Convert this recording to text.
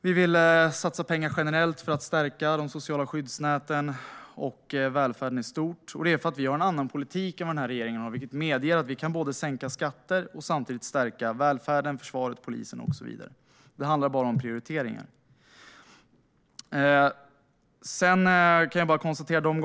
Vi vill satsa pengar generellt för att stärka de sociala skyddsnäten och välfärden i stort. Vi har en annan politik än vad den här regeringen har, vilket medger att vi kan sänka skatter och samtidigt stärka välfärden, försvaret, polisen och så vidare. Det handlar bara om prioriteringar.